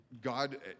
God